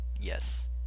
yes